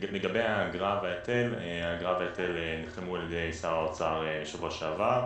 האגרה וההיטל נחתמו על ידי שר האוצר בשבוע שעבר.